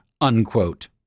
unquote